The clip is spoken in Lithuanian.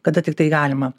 kada tiktai galima